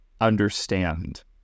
understand